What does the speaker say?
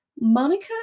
Monica